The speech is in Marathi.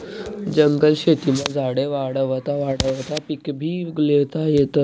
जंगल शेतीमा झाडे वाढावता वाढावता पिकेभी ल्हेता येतस